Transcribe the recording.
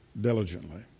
diligently